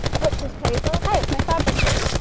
butcher's paper hi, it's my fabric room.